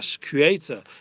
Creator